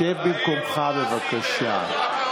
שב במקומך, בבקשה.